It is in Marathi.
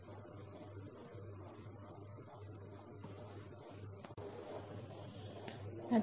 तुम्हाला कॅपेसिटन्सद्वारे करंट चे मॉनिटर करावे लागेल